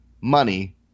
money